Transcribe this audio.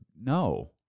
no